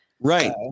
Right